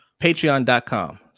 patreon.com